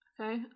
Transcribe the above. Okay